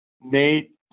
Nate